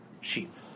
cheap